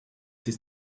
this